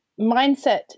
mindset